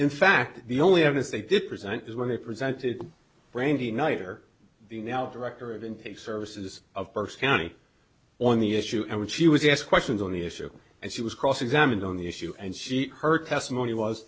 in fact the only evidence they did present is when they presented randy knight or the now director of in the services of first county on the issue and when she was asked questions on the issue and she was cross examined on the issue and she her testimony was